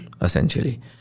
essentially